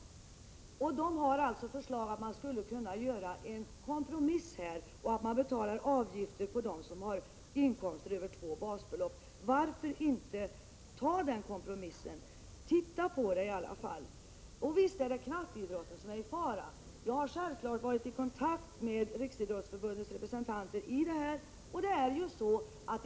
Det finns ett förslag om att man här skulle kunna göra en kompromiss innebärande att idrottsföreningarna betalar avgifter för dem som har inkomster som överstiger två basbelopp. Varför inte anta den kompromissen eller i alla fall titta på förslaget? Visst är det knatteidrotten som är i fara! Jag har självfallet varit i kontakt med Riksidrottsförbundets representanter i den här frågan.